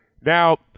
Now